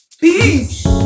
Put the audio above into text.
Peace